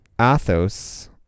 Athos